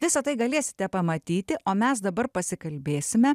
visa tai galėsite pamatyti o mes dabar pasikalbėsime